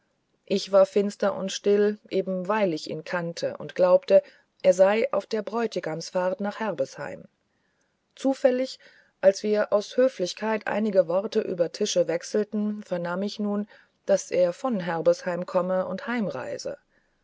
ich war finster und still eben weil ich ihn kannte und glaubte er sei auf der bräutigamsfahrt nach herbesheim zufällig als wir aus höflichkeit einige worte über tische wechselten vernahm ich nun daß er von herbesheim komme und heimreise